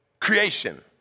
Creation